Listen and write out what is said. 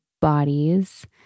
bodies